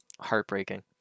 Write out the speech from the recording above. heartbreaking